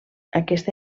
aquesta